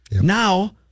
Now